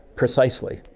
precisely.